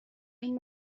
این